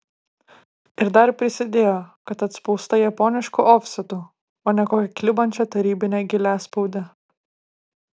ir dar prisidėjo kad atspausta japonišku ofsetu o ne kokia klibančia tarybine giliaspaude